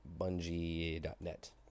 Bungie.net